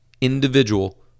individual